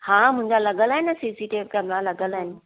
हा मुंहिंजा लॻलि आहिनि न C C T V camera लॻलि आहिनि